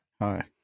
Hi